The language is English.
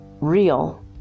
real